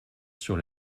sur